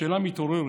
השאלה המתעוררת,